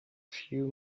few